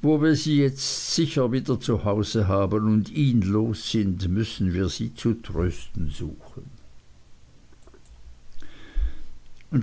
wo wir sie jetzt wieder sicher zu hause haben und ihn los sind müssen wir sie zu trösten suchen